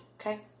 okay